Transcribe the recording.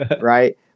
right